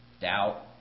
doubt